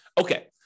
Okay